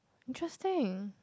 interesting